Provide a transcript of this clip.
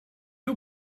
you